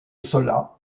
cela